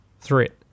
threat